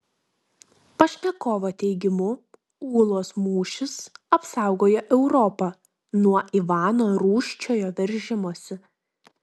pašnekovo teigimu ūlos mūšis apsaugojo europą nuo ivano rūsčiojo veržimosi